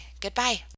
Goodbye